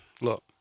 look